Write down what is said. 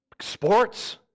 Sports